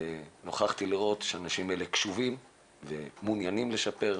נוכחתי לראות שהאנשים האלה קשובים ומעוניינים לשפר,